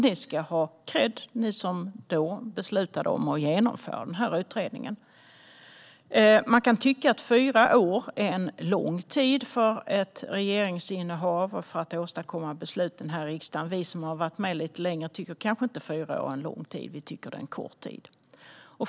Ni ska ha kredd ni som då beslutade att genomföra utredningen. Man kan tycka att fyra år är en lång tid för ett regeringsinnehav och för att åstadkomma beslut i riksdagen. Vi som har varit med lite längre tycker kanske inte att fyra år är en lång tid. Vi tycker att det är en kort tid.